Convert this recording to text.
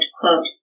quote